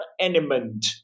element